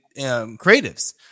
creatives